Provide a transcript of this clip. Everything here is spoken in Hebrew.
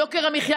יוקר המחיה,